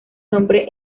nombre